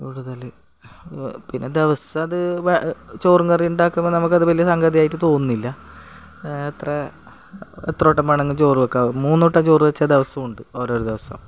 കൂടുതൽ പിന്നെ ദിവസമത് ചോറും കറിയും ഉണ്ടാക്കുമ്പോൾ നമുക്കത് വലിയ സംഗതിയായിട്ട് തോന്നുന്നില്ല ആ അത്രയേ എത്ര വട്ടം വേണങ്ങും ചോറ് വെക്കാം മൂന്നു വട്ടം ചോറ് വെച്ച ദിവസം ഉണ്ട് ഓരോരോ ദിവസം